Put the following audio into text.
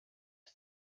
his